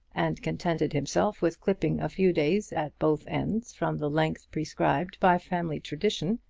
and contented himself with clipping a few days at both ends from the length prescribed by family tradition,